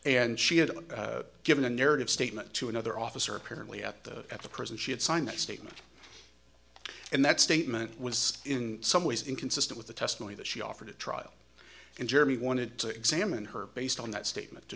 and she had given a narrative statement to another officer apparently at the at the cross and she had signed that statement and that statement was in some ways inconsistent with the testimony that she offered at trial and jeremy wanted to examine her based on that statement to